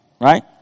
right